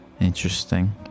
Interesting